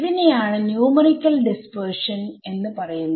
ഇതിനെയാണ് ന്യൂമറിക്കൽ ഡിസ്പെർഷൻഎന്ന് പറയുന്നത്